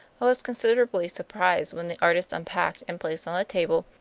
but was considerably surprised when the artist unpacked and placed on the table,